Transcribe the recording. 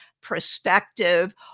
perspective